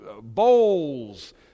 bowls